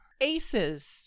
Aces